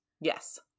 Yes